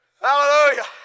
Hallelujah